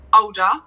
older